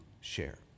share